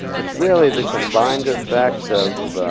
it's really the combined effect of